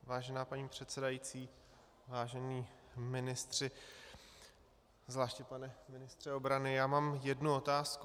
Vážená paní předsedající, vážení ministři, zvláště pane ministře obrany, mám jednu otázku.